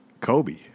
Kobe